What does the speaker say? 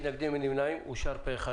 אין מתנגדים ואין נמנעים, אושר פה אחד.